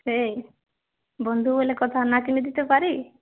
সেই বন্ধু বলে কথা না কিনে দিতে পারি